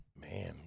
Man